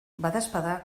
badaezpada